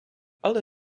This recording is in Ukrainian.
але